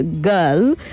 girl